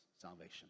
salvation